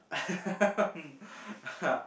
um uh